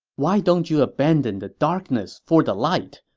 why don't you abandon the darkness for the light.